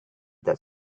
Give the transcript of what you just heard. that